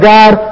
God